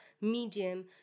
medium